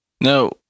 No